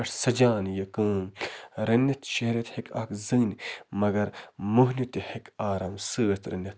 پٮ۪ٹھ سجان یہِ کٲم رٔنِتھ شیرتھ ہیٚکہِ اَکھ زٔنۍ مگر موہنیو تہِ ہیٚکہِ آرام سۭتۍ رٔنِتھ